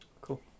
Cool